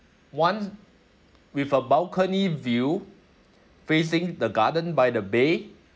one with a balcony view facing the garden by the bay